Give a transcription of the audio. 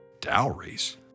Dowries